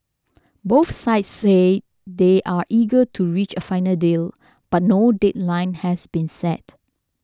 both sides say they are eager to reach a final deal but no deadline has been set